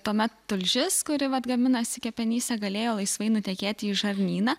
tuomet tulžis kuri vat gaminasi kepenyse galėjo laisvai nutekėti į žarnyną